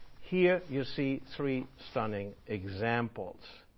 here you see three stunning examples,